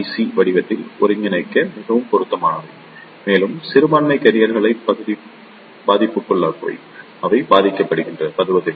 C வடிவத்தில் ஒருங்கிணைக்க மிகவும் பொருத்தமானவை மேலும் சிறுபான்மை கேரியர் பாதிப்புக்குள்ளாக அவை பாதிக்கப்படுவதில்லை